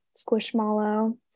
squishmallow